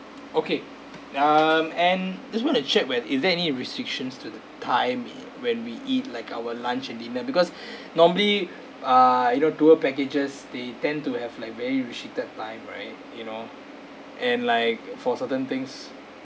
okay um and just want to check with if any restrictions to the time when we eat like our lunch and dinner because normally uh you know tour packages they tend to have like very restricted time right you know and like for certain things